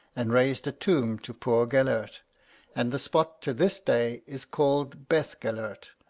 and raised a tomb to poor gelert and the spot to this day is called beth-gelert,